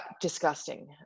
disgusting